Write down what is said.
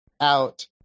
out